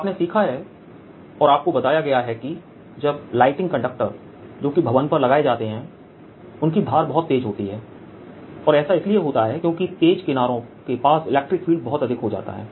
आपने सीखा है और आपको बताया गया है कि जब लाइटिंग कंडक्टर जो भवन पर लगाए जाते हैं उनकी धार बहुत तेज होती है और ऐसा इसलिए होता है क्योंकि तेज किनारों के पास इलेक्ट्रिक फील्ड बहुत अधिक हो जाता है